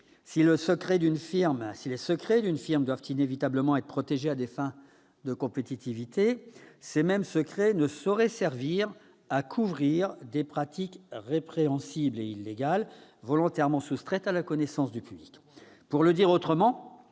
si les secrets d'une firme doivent indéniablement être protégés à des fins de compétitivité, ils ne sauraient servir à couvrir des pratiques répréhensibles et illégales, volontairement soustraites à la connaissance du public. Pour le dire autrement,